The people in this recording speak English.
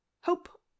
Hope